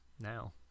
now